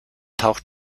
taucht